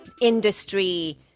industry